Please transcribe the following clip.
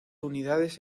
unidades